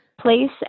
Place